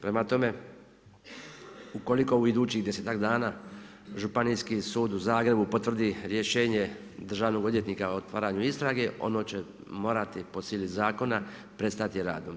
Prema tome, ukoliko u idućih desetak dana Županijski sud u zagrebu potvrdi rješenje državnog odvjetnika o otvaranju istrage ono će morati po sili zakona prestati sa radom.